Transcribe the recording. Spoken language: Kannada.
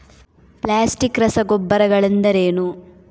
ಪ್ಲಾಸ್ಟಿಕ್ ರಸಗೊಬ್ಬರಗಳೆಂದರೇನು?